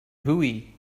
hooey